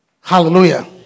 Hallelujah